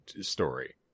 story